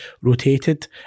rotated